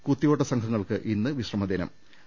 കുത്തിയോട്ട സംഘങ്ങൾക്ക് ഇന്ന് വിശ്രമദിനമാണ്